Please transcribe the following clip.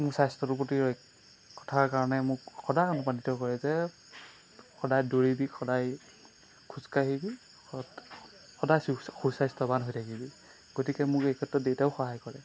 মোৰ স্বাস্থ্যটোৰ প্ৰতি ৰ কথাৰ কাৰণে মোক সদায় অনুপ্ৰাণিত কৰে যে সদায় দৌৰিবি সদায় খোজ কাঢ়িবি সদায় সুস্বাস্থ্যৱান হৈ থাকিবি গতিকে মোক এই ক্ষেত্ৰত দেউতাও সহায় কৰে